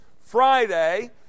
Friday